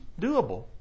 doable